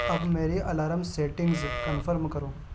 اب میری alarm settings confirm کرو